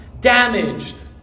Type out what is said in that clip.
damaged